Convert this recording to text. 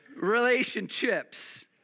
relationships